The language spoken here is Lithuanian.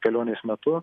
kelionės metu